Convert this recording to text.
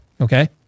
okay